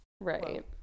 Right